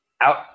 out